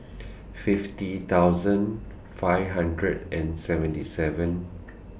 fifty thousand five hundred and seventy seven